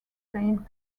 stained